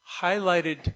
highlighted